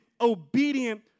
obedient